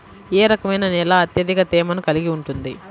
ఏ రకమైన నేల అత్యధిక తేమను కలిగి ఉంటుంది?